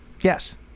yes